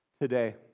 today